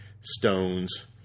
Stones